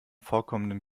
vorkommenden